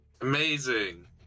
Amazing